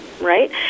right